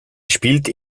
spielt